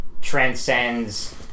transcends